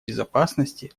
безопасности